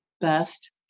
best